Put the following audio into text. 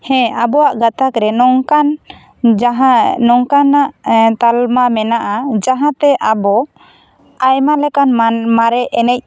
ᱦᱮᱸ ᱟᱵᱚᱭᱟᱜ ᱜᱟᱛᱟᱠ ᱨᱮ ᱱᱚᱝᱠᱟᱱ ᱡᱟᱦᱟᱸ ᱱᱚᱝᱠᱟᱱᱟᱜ ᱛᱟᱞᱢᱟ ᱢᱮᱱᱟᱜᱼᱟ ᱡᱟᱦᱟᱸ ᱛᱮ ᱟᱵᱚ ᱟᱭᱢᱟ ᱞᱮᱠᱟᱱ ᱢᱟᱱ ᱢᱟᱨᱮ ᱮᱱᱮᱡ